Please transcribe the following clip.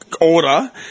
order